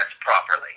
properly